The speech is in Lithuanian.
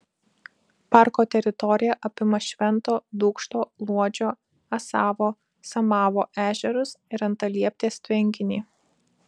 parko teritorija apima švento dūkšto luodžio asavo samavo ežerus ir antalieptės tvenkinį